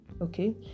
okay